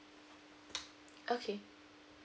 okay